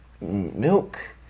milk